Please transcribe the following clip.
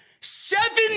Seven